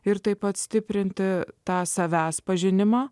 ir taip pat stiprinti tą savęs pažinimą